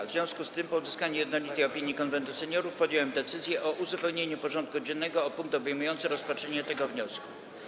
W związku z tym, po uzyskaniu jednolitej opinii Konwentu Seniorów, podjąłem decyzję o uzupełnieniu porządku dziennego o punkt obejmujący rozpatrzenie tego wniosku.